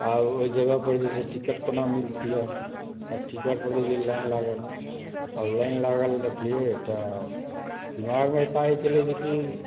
आब ओहि जगह पर जे छै से टिकट कोना मिलतिए तऽ टिकट पर देखलिए लाइन लागल आब लाइन लागल देखलिए तऽ दिमागमे एकाएक एलय जेकि